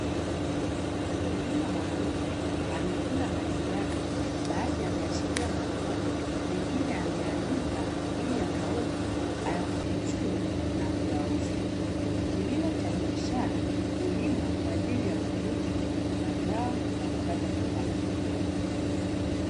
Mkulima mwanamke, amevuna mahindi yake, baadhi emeyashikilia mkononi, mengine ameyaanika ili yakauke, ayapukuchue na kuyauza. Kilimo cha biashara hulimwa kwa ajili ya kuuza mazao na kupata kipato.